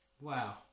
Wow